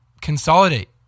consolidate